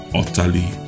utterly